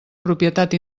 propietat